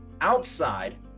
outside